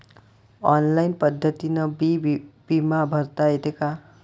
Online पद्धतीनं बी बिमा भरता येते का?